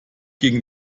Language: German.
gegen